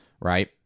Right